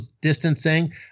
distancing